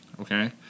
Okay